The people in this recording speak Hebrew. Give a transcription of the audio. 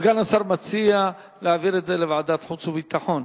סגן השר מציע להעביר את הנושא לוועדת החוץ והביטחון.